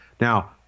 Now